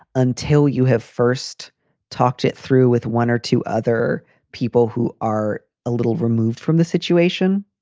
until you have first talked it through with one or two other people who are a little removed from the situation,